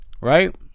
right